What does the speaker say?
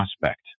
prospect